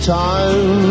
time